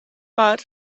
but